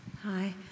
Hi